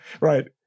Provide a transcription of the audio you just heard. Right